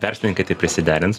verslininkai tai prisiderins